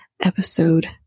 episode